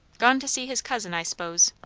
gone to see his cousin, i s'pose.